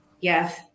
yes